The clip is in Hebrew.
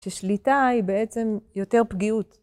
ששליטה היא בעצם יותר פגיעות.